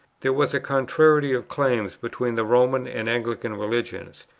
there was a contrariety of claims between the roman and anglican religions,